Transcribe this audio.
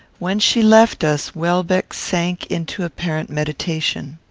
when she left us, welbeck sank into apparent meditation.